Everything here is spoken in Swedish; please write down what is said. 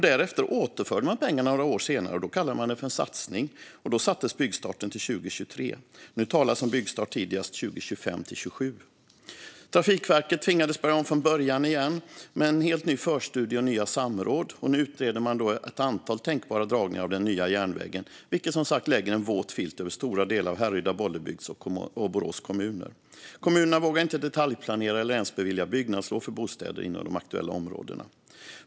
Därefter återförde man pengarna några år senare och kallade det för en satsning, och då sattes byggstarten till 2023. Nu talas om byggstart tidigast 2025-27. Trafikverket tvingades börja om från början igen med en helt ny förstudie och nya samråd. Nu utreder man ett antal tänkbara dragningar av den nya järnvägen, vilket som sagt lägger en våt filt över stora delar av Härryda, Bollebygds och Borås kommuner. Kommunerna vågar inte detaljplanera eller ens bevilja byggnadslov för bostäder inom de aktuella områdena.